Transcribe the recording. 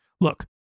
Look